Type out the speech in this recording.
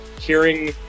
Hearing